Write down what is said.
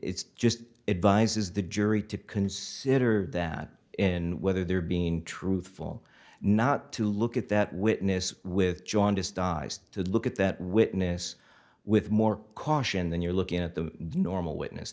's just advise is the jury to consider that in whether they're being truthful not to look at that witness with jaundiced dies to look at that witness with more caution than you're looking at the normal witness